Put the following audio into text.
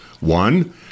One